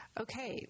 okay